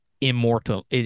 immortal